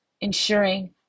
ensuring